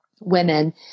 women